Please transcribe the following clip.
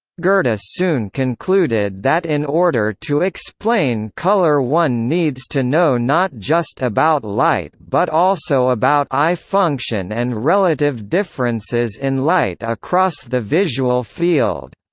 ah soon concluded that in order to explain color one needs to know not just about light but also about eye function and relative differences in light across the visual field.